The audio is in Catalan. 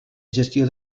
gestió